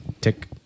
tick